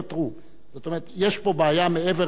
זאת אומרת, יש פה בעיה מעבר לעניין זה.